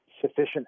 sufficient